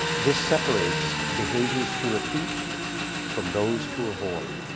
this separates behaviors to repeat from those to avoid.